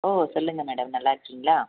ஓ சொல்லுங்க மேடம் நல்லா இருக்கீங்களா